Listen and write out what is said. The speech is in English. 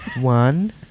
one